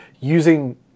using